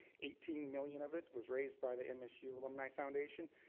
eighteen million of it was raised by the msu alumni foundation.